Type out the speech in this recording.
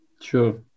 Sure